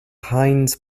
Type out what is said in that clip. heinz